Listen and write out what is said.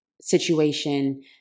situation